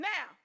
Now